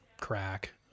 crack